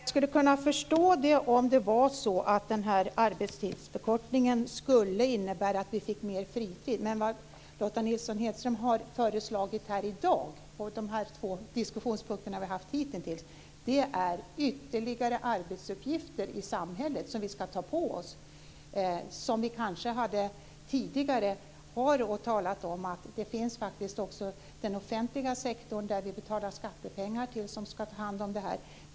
Fru talman! Jag skulle kunna förstå det om det vore så att arbetstidsförkortningen skulle innebära att vi fick mer fritid. Men vad Lotta Nilsson-Hedström har föreslagit här i dag på de två diskussionspunkter som vi har haft hitintills är att vi ska ta på oss ytterligare arbetsuppgifter i samhället. Tidigare har vi talat om att det faktiskt också finns en offentlig sektor som vi betalar skattepengar till och som ska ta hand om det här.